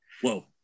Whoa